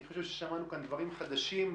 אני חושב ששמענו כאן דברים חדשים.